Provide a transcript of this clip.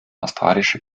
australische